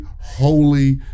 holy